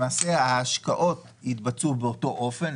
ההשקעות יתבצעו באותו אופן,